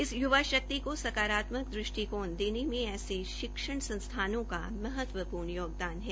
इस य्वा शक्ति को सकारात्मक दृष्टिकोण देने में ऐसे शिक्षण संस्थानों का महत्वपूर्ण योगदान है